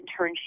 internship